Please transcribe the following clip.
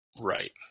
Right